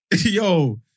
Yo